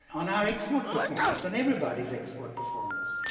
on our export performance, on everybody's export performance.